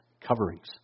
coverings